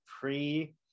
pre